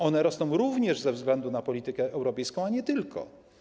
One rosną również ze względu na politykę europejską, ale nie tylko.